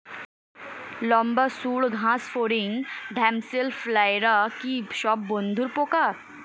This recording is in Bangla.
লম্বা সুড় ঘাসফড়িং ড্যামসেল ফ্লাইরা কি সব বন্ধুর পোকা?